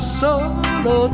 solo